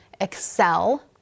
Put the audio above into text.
excel